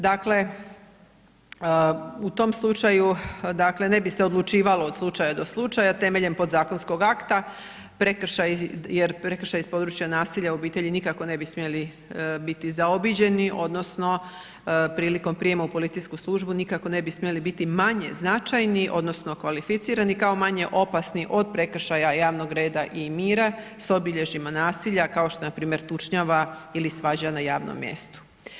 Dakle, u tom slučaju, dakle, ne bi se odlučivalo od slučaja do slučaja temeljem podzakonskog akta prekršaj jer prekršaj iz područja nasilja u obitelji nikako ne bi smjeli biti zaobiđeni odnosno prilikom prijema u policijsku službu nikako ne bi smjeli biti manje značajni odnosno okvalificirani kao manje opasni od prekršaja javnog reda i mira s obilježjima nasilja kao što je npr. tučnjava ili svađa na javnom mjestu.